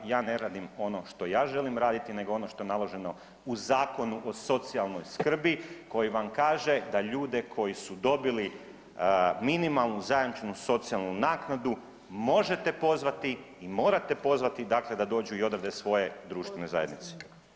Ja ne radim ono što ja želim raditi nego ono što je naloženo u Zakonu o socijalnoj skrbi koji vam kaže da ljude koji su dobili minimalnu zajamčenu socijalnu naknadu možete pozvati i morate pozvati da dođu i odrade svoje društvenoj zajednici.